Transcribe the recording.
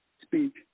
speak